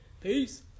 Peace